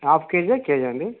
half కే జా కే జా అండి